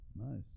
Nice